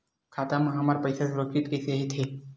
खाता मा हमर पईसा सुरक्षित कइसे हो थे?